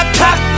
pop